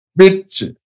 bitch